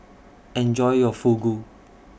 Enjoy your Fugu